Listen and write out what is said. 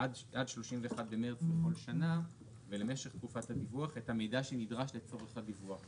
עד 31 במרץ בכל שנה ולמשך תקופת הדיווח את המידע שנדרש לצורך הדיווח.